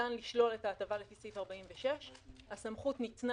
שניתן לשלול את ההטבה לפי סעיף 46. הסמכות ניתנה